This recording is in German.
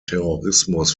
terrorismus